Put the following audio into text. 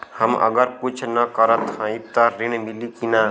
हम अगर कुछ न करत हई त ऋण मिली कि ना?